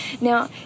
Now